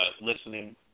listening